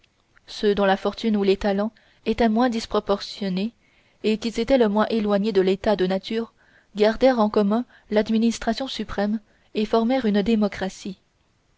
ceux dont la fortune ou les talents étaient moins disproportionnés et qui s'étaient le moins éloignés de l'état de nature gardèrent en commun l'administration suprême et formèrent une démocratie